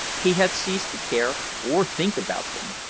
he had ceased to care or think about them,